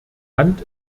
hand